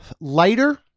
Lighter